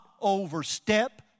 overstep